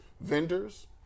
vendors